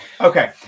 Okay